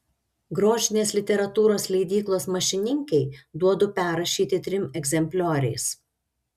grožinės literatūros leidyklos mašininkei duodu perrašyti trim egzemplioriais